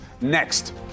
Next